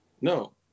No